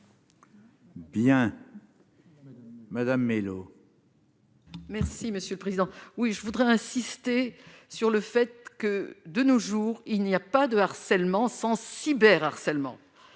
Bien. Madame Mellow. Merci monsieur le président, oui, je voudrais insister sur le fait que de nos jours, il n'y a pas de harcèlement sans cyber harcèlement